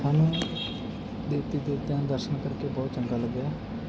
ਸਾਨੂੰ ਦੇਵੀ ਦੇਵਤਿਆਂ ਦੇ ਦਰਸ਼ਨ ਕਰਕੇ ਬਹੁਤ ਚੰਗਾ ਲੱਗਿਆ